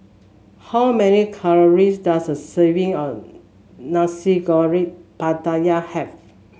how many calories does a serving of Nasi Goreng Pattaya have